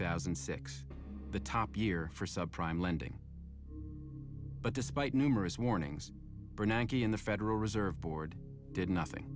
thousand and six the top year for subprime lending but despite numerous warnings bernanke and the federal reserve board did nothing